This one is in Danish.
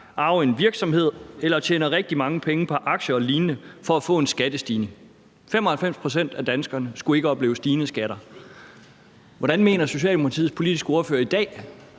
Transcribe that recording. arve en virksomhed eller tjene rigtig mange penge på aktier og lignende for at få en skattestigning. 95 pct. af danskerne skulle ikke opleve stigende skatter. Hvordan mener Socialdemokratiets politiske ordfører i dag